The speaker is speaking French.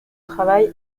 travail